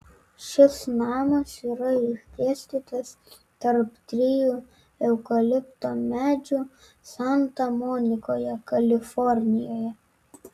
šis namas yra išdėstytas tarp trijų eukalipto medžių santa monikoje kalifornijoje